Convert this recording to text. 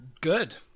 good